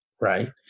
right